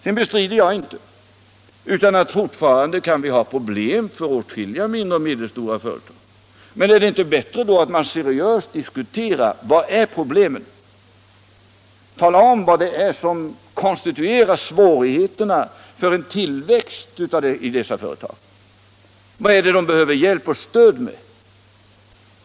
Sedan bestrider jag inte att man fortfarande kan ha problem i många mindre och medelstora företag. Men är det då inte bättre att man seriöst diskuterar problemen, talar om vad det är som konstituerar svårigheterna för en tillväxt av dessa företag, vad det är som man behöver hjälp och stöd med?